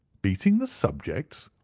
beating the subjects!